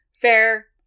fair